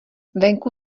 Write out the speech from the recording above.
venku